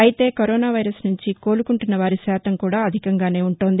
అయితే corona virus నుంచి కోలుకుంటున్నవారి శాతం కూడా అధికంగానే ఉన్నాయి